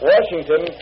Washington